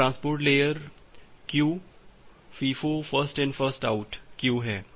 वह transport layer queue FIFO first in first out queue है